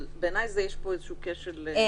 אבל בעיני יש פה איזשהו כשל.